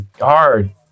hard